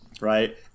right